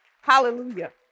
Hallelujah